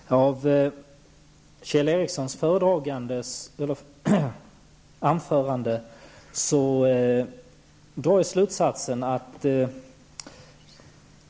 Herr talman! Av Kjell Ericssons anförande drar jag två slutsatser.